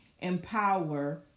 empower